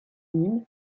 nîmes